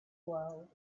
world